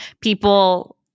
people